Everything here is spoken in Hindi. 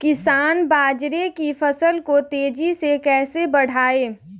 किसान बाजरे की फसल को तेजी से कैसे बढ़ाएँ?